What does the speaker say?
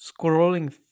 scrolling